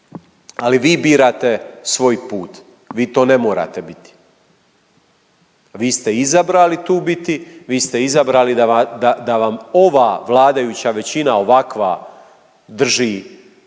Ali vi birate svoj put, vi to ne morate biti. Vi ste izabrali tu biti, vi ste izabrali da vam ova vladajuća većina, ovakva, drži